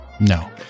No